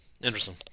Interesting